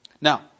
Now